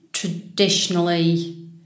traditionally